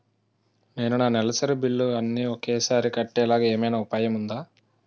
నేను నా నెలసరి బిల్లులు అన్ని ఒకేసారి కట్టేలాగా ఏమైనా ఉపాయం ఉందా?